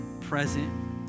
present